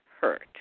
hurt